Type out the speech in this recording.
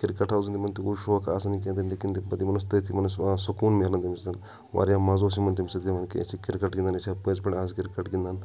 cricket اوس نہٕ یِمَن تیوٗت شوق آسان نہٕ کینٛہہ تہٕ لیکِن تَمہِ پَتہٕ یِمَن اوس تٔتھۍ یِمَن اوس سکوٗن میلان تٔمۍ سۭتۍ واریاہ مَزٕ اوس یِمَن تَمہِ سۭتۍ کہِ أسۍ چھِ کِرکَٹ گِنٛدان أسۍ چھا پٔزۍ پٲٹھۍ آز کِرکَٹ گِنٛدان